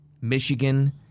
Michigan